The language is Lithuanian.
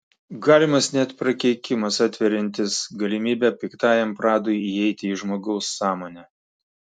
galimas net prakeikimas atveriantis galimybę piktajam pradui įeiti į žmogaus sąmonę